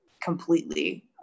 completely